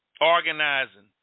organizing